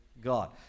God